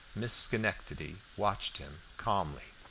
miss schenectady watched him calmly.